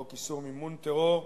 חוק איסור מימון טרור,